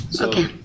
Okay